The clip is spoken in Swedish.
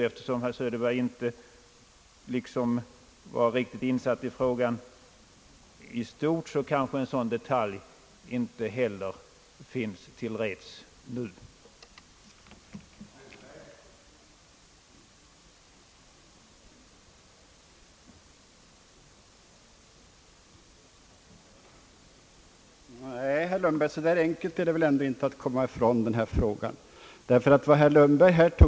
Eftersom herr Söderberg inte var riktigt insatt i frågan i stort, kanske en sådan detalj inte heller finns till reds nu.